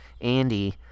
Andy